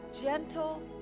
gentle